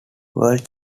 world